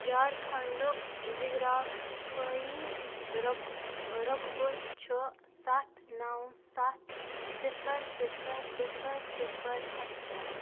جھارکھنٛڈُک جِگرافٲیی روق روقبہٕ چھُ سَتھ نو سَتھ صِفر صِفر صِفر صِفر ہٮ۪کٹر